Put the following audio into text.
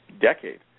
decade